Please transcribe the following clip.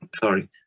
Sorry